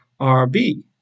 RB